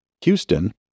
Houston